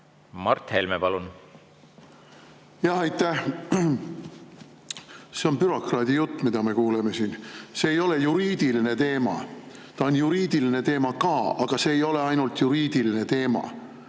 Mart Helme, palun! Aitäh! See on bürokraadi jutt, mida me kuuleme siin. See ei ole juriidiline teema. See on juriidiline teema ka, aga see ei ole ainult juriidiline teema.